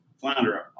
flounder